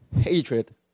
hatred